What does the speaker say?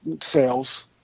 sales